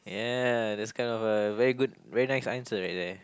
yeah that's kind of a very good very nice answer right there